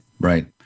Right